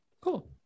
Cool